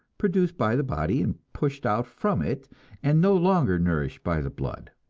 produced by the body and pushed out from it and no longer nourished by the blood.